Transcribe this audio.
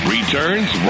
Returns